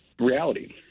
reality